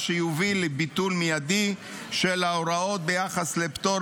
מה שיוביל לביטול מיידי של ההוראות ביחס לפטור